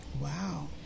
Wow